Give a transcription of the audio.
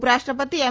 ઉપરાષ્ટ્રપતિ એમ